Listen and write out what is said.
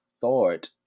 thought